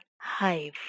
hive